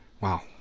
Wow